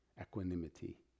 equanimity